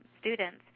students